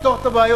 נפתור את הבעיות,